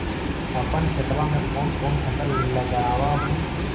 अपन खेतबा मे कौन कौन फसल लगबा हू?